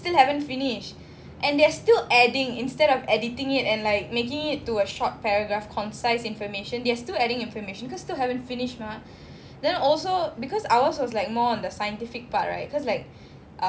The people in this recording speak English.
but still haven't finish and they are still adding instead of editing it and like making it to a short paragraph concise information they are still adding information cause still haven't finish mah then also because ours was like more on the scientific part right cause like